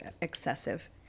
excessive